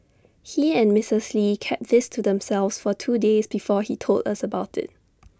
he and Mrs lee kept this to themselves for two days before he told us about IT